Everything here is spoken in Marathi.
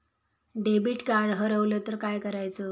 डेबिट कार्ड हरवल तर काय करायच?